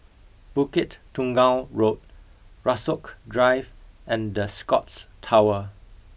Bukit Tunggal Road Rasok Drive and the Scotts Tower